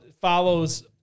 follows